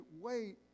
wait